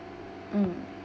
mm